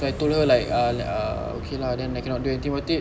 so I told her like ah okay lah then I cannot do anything about it